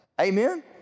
Amen